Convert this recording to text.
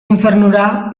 infernura